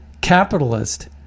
capitalist